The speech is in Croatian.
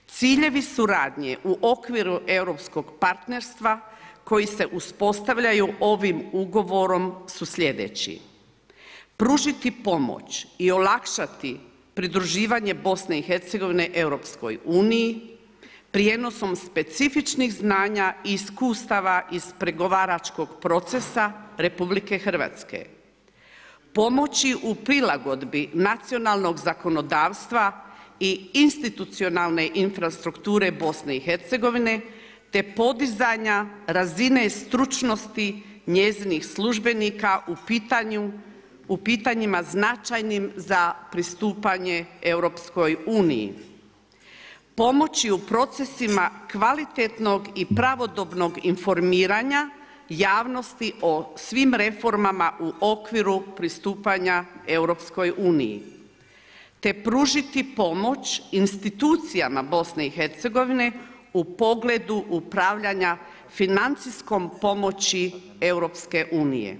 Ciljevi suradnje u okviru europskog partnerstva koji se uspostavljaju ovim ugovorom su sljedeći: pružiti pomoć i olakšati pridruživanje BiH EU prijenosom specifičnih znanja i iskustava iz pregovaračkog procesa RH, pomoći u prilagodbi nacionalnog zakonodavstva i institucionalne infrastrukture BiH te podizanja razine stručnosti njezinih službenika u pitanjima značajnim za pristupanje EU, pomoći u procesima kvalitetnog i pravodobnog informiranja javnosti o svim reformama u okviru pristupanja EU te pružiti pomoć institucijama BiH u pogledu upravljanja financijskom pomoći EU.